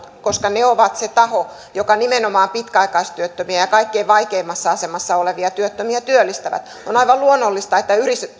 koska ne ovat se taho joka nimenomaan pitkäaikaistyöttömiä ja kaikkein vaikeimmassa asemassa olevia työttömiä työllistää on aivan luonnollista että